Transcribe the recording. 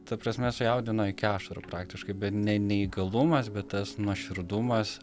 ta prasme sujaudino iki ašarų praktiškai ne neįgalumas bet tas nuoširdumas